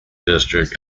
district